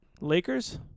Lakers